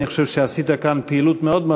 אני חושב שעשית כאן פעילות מאוד מאוד